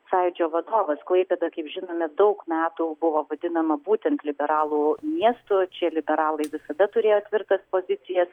sąjūdžio vadovas klaipėda kaip žinome daug metų buvo vadinama būtent liberalų miestu čia liberalai visada turėjo tvirtas pozicijas